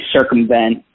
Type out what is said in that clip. circumvent